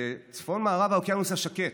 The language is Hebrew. בצפון-מערב האוקיינוס השקט.